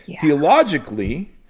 theologically